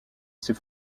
ses